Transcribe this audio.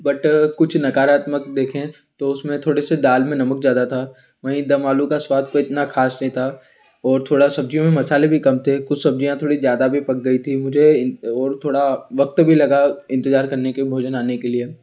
but कुछ नकारात्मक देखे तो उसमें थोड़े से दाल में नमक ज़्यादा था वहीं दम आलू का स्वाद कोई इतना ख़ास नहीं था और थोड़ा सब्ज़ियों में मसाले कम थे कुछ सब्ज़ियाँ थोड़ी ज़्यादा भी पक गई थी मुझे इन और थोड़ा वक्त भी लगा इंतजार करने के भोजन आने के लिए